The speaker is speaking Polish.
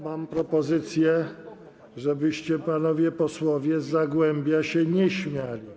Mam propozycję, żeby panowie posłowie z Zagłębia się nie śmiali.